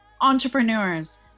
entrepreneurs